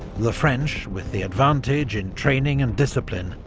the french, with the advantage in training and discipline,